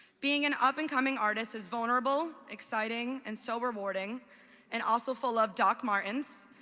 being an up-and-coming artist is vulnerable, exciting, and so rewarding and also full of doc martens,